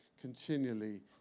continually